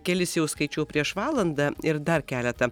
kelis jau skaičiau prieš valandą ir dar keletą